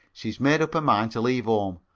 she's made up her mind to leave ome,